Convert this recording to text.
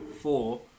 four